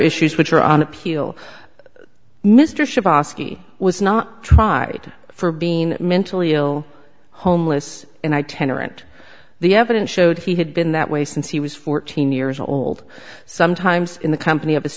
issues which are on appeal mr ski was not tried for being mentally ill homeless and i tenor and the evidence showed he had been that way since he was fourteen years old sometimes in the company of his